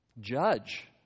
judge